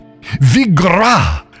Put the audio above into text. vigra